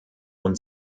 und